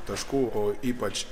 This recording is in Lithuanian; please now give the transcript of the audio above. taškų o ypač